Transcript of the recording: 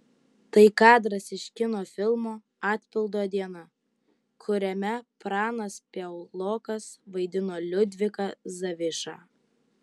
tai kadras iš kino filmo atpildo diena kuriame pranas piaulokas vaidino liudviką zavišą